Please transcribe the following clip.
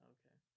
Okay